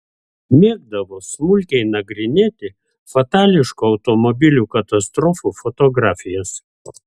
mėgdavo smulkiai nagrinėti fatališkų automobilių katastrofų fotografijas